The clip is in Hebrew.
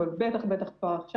אבל בטח ובטח עכשיו.